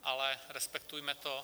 Ale respektujme to.